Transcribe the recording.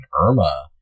Irma